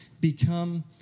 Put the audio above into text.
become